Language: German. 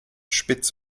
spitz